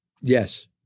yes